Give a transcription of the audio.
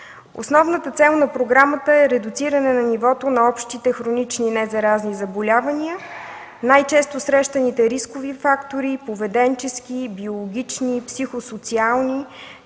Основната цел на програмата е редуциране на нивото на общите хронични незаразни заболявания, най-често срещаните рискови фактори – поведенчески, биологични и психосоциални,